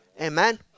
Amen